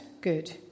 good